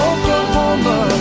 Oklahoma